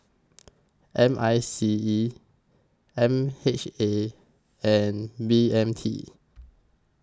M I C E M H A and B M T